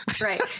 Right